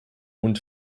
und